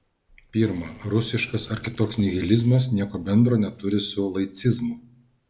pirma rusiškas ar kitoks nihilizmas nieko bendro neturi su laicizmu